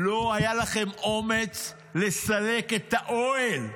לא היה לכם אומץ לסלק את האוהל.